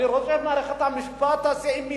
אני רוצה שמערכת המשפט תעשה עמי צדק,